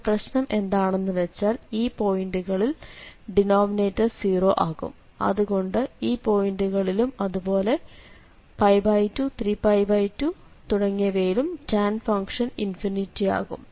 ഇവിടെ പ്രശ്നം എന്താണെന്ന് വച്ചാൽ ഈ പോയിന്റുകളിൽ ഡിനോമിനേറ്റർ 0 ആകും അതുകൊണ്ട് ഈ പോയിന്റുകളിലും അതുപോലെ 2 3π2 തുടങ്ങിയവയിലും tan ഫംഗ്ഷൻ ഇൻഫിനിറ്റി ആകും